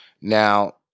Now